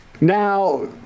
Now